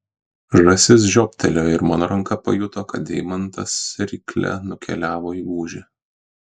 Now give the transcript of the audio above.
žąsis žioptelėjo ir mano ranka pajuto kad deimantas rykle nukeliavo į gūžį